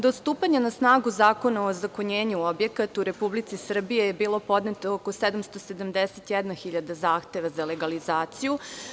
Do stupanja na snagu Zakona o ozakonjenju objekata u Republici Srbiji je bilo podneto oko 771.000 zahteva za legalizaciju.